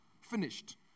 finished